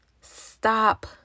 Stop